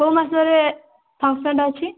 କେଉଁ ମାସରେ ଫଙ୍କସନ୍ଟା ଅଛି